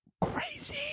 crazy